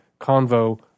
convo